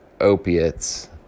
opiates